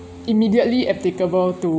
immediately applicable to